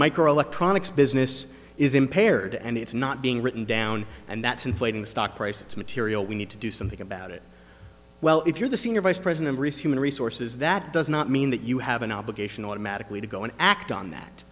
microelectronics business is impaired and it's not being written down and that's inflating stock prices material we need to do something about it well if you're the senior vice president and resources that does not mean that you have an obligation automatically to go and act on that